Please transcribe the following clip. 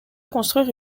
construire